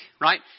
right